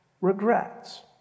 regrets